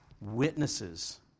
witnesses